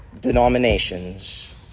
denominations